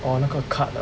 oh 那个 card ah